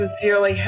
sincerely